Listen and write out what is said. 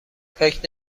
فکر